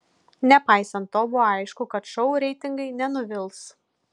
nepaisant to buvo aišku kad šou reitingai nenuvils